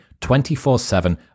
24-7